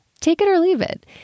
take-it-or-leave-it